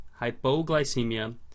hypoglycemia